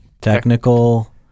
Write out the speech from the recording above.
technical